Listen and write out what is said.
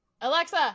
Alexa